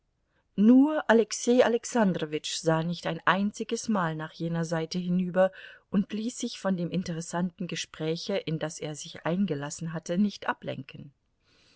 nur alexei alexandrowitsch sah nicht ein einziges mal nach jener seite hinüber und ließ sich von dem interessanten gespräche in das er sich eingelassen hatte nicht ablenken